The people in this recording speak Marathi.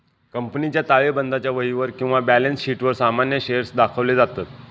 कंपनीच्या ताळेबंदाच्या वहीवर किंवा बॅलन्स शीटवर सामान्य शेअर्स दाखवले जातत